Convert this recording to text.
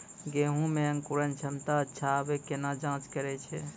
गेहूँ मे अंकुरन क्षमता अच्छा आबे केना जाँच करैय छै?